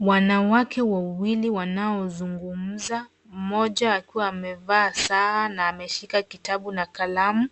Wanawake wawili wanaozungumza. Mmoja akiwa amevaa saa na ameshika kitabu na kalamu.